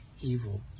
evil